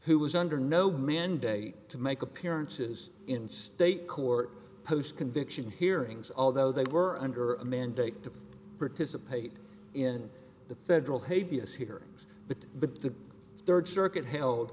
who was under no mandate to make appearances in state court post conviction hearings although they were under a mandate to participate in the federal hate b s hearings but the third circuit held